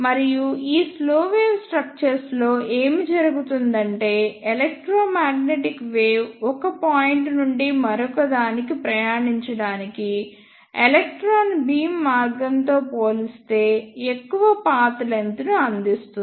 మరియు ఈ slow wave structures లో ఏమి జరుగుతుందంటే ఎలెక్ట్రోమాగ్నెటిక్ వేవ్ ఒక పాయింట్ నుండి మరొకదానికి ప్రయాణించడానికి ఎలక్ట్రాన్ బీమ్ మార్గం తో పోలిస్తే ఎక్కువ పాత్ లెంగ్త్ ను అందిస్తుంది